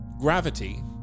gravity